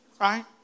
right